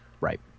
right